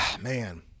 man